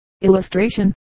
Illustration